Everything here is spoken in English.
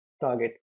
target